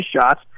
shots